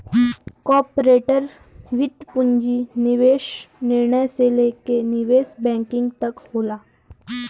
corporate वित्त पूंजी निवेश निर्णय से लेके निवेश बैंकिंग तक होला